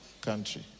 Country